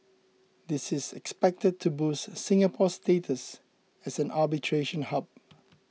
this is expected to boost Singapore's status as an arbitration hub